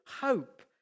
hope